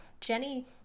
Jenny